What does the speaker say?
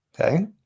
Okay